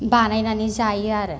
बानायनानै जायो आरो